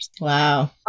Wow